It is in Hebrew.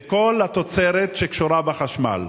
על כל התוצרת שקשורה בחשמל.